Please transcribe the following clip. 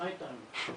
מה איתנו?